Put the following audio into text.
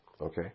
Okay